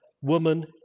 woman